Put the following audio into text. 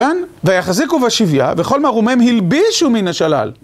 ויחזיקו בשוויה, וכל מרומם הלבישו מן השלל.